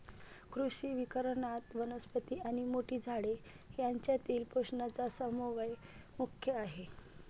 कृषी वनीकरणात, वनस्पती आणि मोठी झाडे यांच्यातील पोषणाचा समन्वय मुख्य आहे